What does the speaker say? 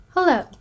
Hello